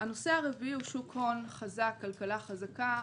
הנושא הרביעי הוא שוק הון חזק, כלכלה חזקה.